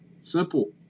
simple